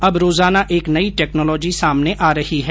अब रोजाना एक नई टैक्नोलॉजी सामने आ रही है